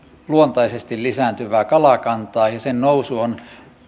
luontaisesti lisääntyvää kalakantaa ja sen nousu on